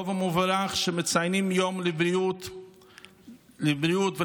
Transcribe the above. טוב ומבורך שמציינים יום לבריאות ולספורט.